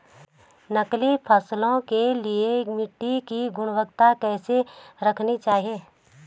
नकदी फसलों के लिए मिट्टी की गुणवत्ता कैसी रखनी चाहिए?